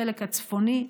החלק הצפוני,